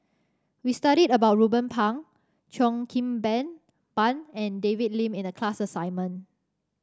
we studied about Ruben Pang Cheo Kim Ben Ban and David Lim in the class assignment